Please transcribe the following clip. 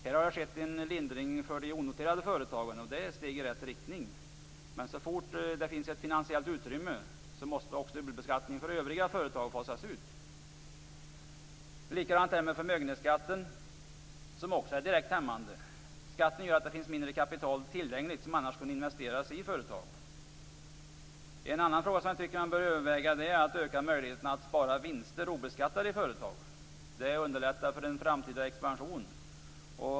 Det har skett en lindring för de onoterade företagen, och det är ett steg i rätt riktning. Men så fort det finns ett finansiellt utrymme måste också dubbelbeskattningen för övriga företag fasas ut. Likadant är det med förmögenhetsskatten. Också den är direkt hämmande. Skatten gör att det finns mindre kapital tillgängligt, som annars kunde investeras i företag. Något annat som man bör överväga är att öka möjligheterna att spara vinster obeskattade i företag. Det underlättar för en framtida expansion.